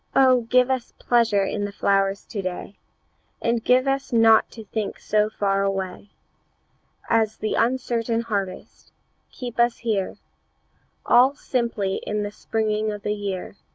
oh, give us pleasure in the flowers to-day and give us not to think so far away as the uncertain harvest keep us here all simply in the springing of the year.